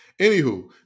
Anywho